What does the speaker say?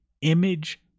image